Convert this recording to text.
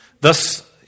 thus